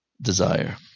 desire